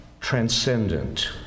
transcendent